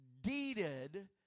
deeded